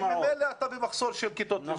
כי ממילא אתה במחסור של כיתות לימוד.